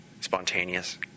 spontaneous